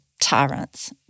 tyrants